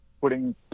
putting